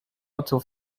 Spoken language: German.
otto